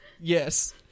Yes